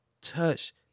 touch